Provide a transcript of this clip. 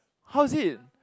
how is it